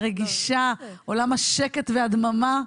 הרגישה עולם השקט והדממה,